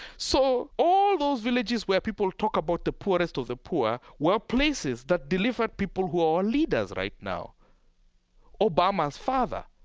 so all those villages where people talk about the poorest of the poor were places that delivered people who are leaders right now. obama's father